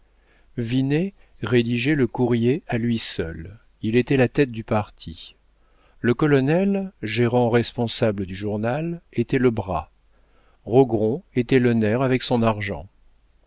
rédigeait le courrier à lui seul il était la tête du parti le colonel gérant responsable du journal était le bras rogron était le nerf avec son argent